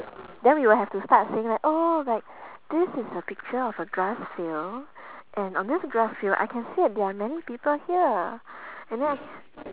then we will have to start saying like oh like this is a picture of a grass field and on this grass field I can see that there are many people here and then I ca~